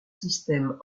système